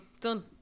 Done